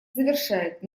завершает